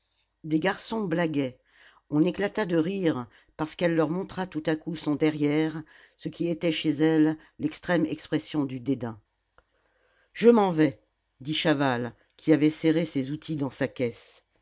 des garçons blaguaient on éclata de rire parce qu'elle leur montra tout à coup son derrière ce qui était chez elle l'extrême expression du dédain je m'en vais dit chaval qui avait serré ses outils dans sa caisse